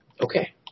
Okay